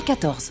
2014